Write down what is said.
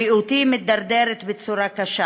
בריאותי מידרדרת בצורה קשה